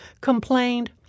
complained